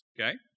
Okay